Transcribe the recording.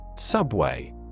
Subway